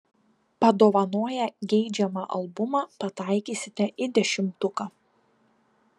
padovanoję geidžiamą albumą pataikysite į dešimtuką